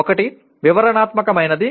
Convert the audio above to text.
ఒకటి వివరణాత్మకమైనది